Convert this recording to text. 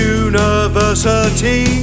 university